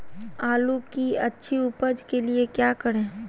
आलू की अच्छी उपज के लिए क्या करें?